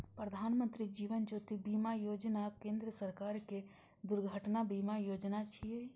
प्रधानमत्री जीवन ज्योति बीमा योजना केंद्र सरकारक दुर्घटना बीमा योजना छियै